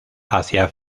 hacia